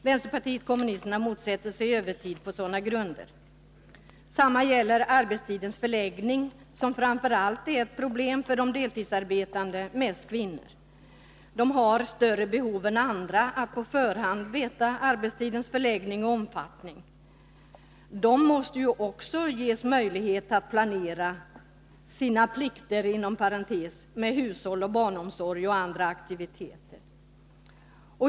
Vänsterpartiet kommunisterna motsätter sig övertid på sådana grunder. Samma sak gäller arbetstidens förläggning, som framför allt är ett problem för deltidsarbetande — mest kvinnor. De har större behov än andra att på förhand veta att arbetstidens förläggning och omfattning. De måste ju också ges möjlighet att planera ”sina plikter” med hushåll och barnomsorg och andra aktiviteter.